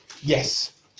Yes